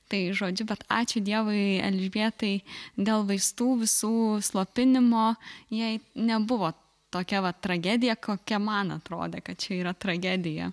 tai žodžiu bet ačiū dievui elžbietai dėl vaistų visų slopinimo jai nebuvo tokia va tragedija kokia man atrodė kad čia yra tragedija